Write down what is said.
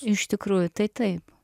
iš tikrųjų tai taip